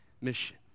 mission